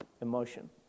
emotion